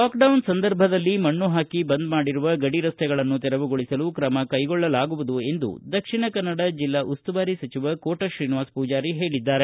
lockdown ಸಂದರ್ಭದಲ್ಲಿ ಮಣ್ಣು ಹಾಕಿ ಬಂದ್ ಮಾಡಿರುವ ಗಡಿ ರಸ್ತೆಗಳನ್ನು ತೆರವುಗೊಳಿಸಲು ಕ್ರಮ ಕೈಗೊಳ್ಳಲಾಗುವುದು ಎಂದು ದಕ್ಷಿಣ ಕನ್ನಡ ಜಿಲ್ಲಾ ಉಸ್ತುವಾರಿ ಸಚಿವ ಕೋಟ ಶ್ರೀನಿವಾಸ ಪೂಜಾರಿ ಹೇಳಿದ್ದಾರೆ